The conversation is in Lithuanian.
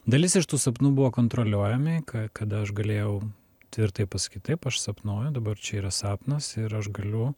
dalis iš tų sapnų buvo kontroliuojami kada aš galėjau tvirtai pasakyti taip aš sapnuoju dabar čia yra sapnas ir aš galiu